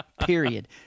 period